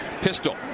Pistol